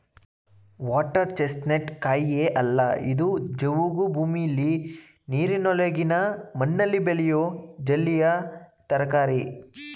water chestnut ಕಾಯಿಯೇ ಅಲ್ಲ ಇದು ಜವುಗು ಭೂಮಿಲಿ ನೀರಿನೊಳಗಿನ ಮಣ್ಣಲ್ಲಿ ಬೆಳೆಯೋ ಜಲೀಯ ತರಕಾರಿ